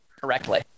correctly